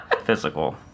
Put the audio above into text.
physical